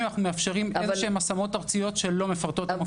אנחנו מאפשרים השמות ארציות שלא מפרטות.